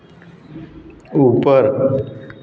ऊपर